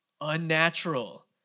unnatural